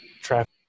traffic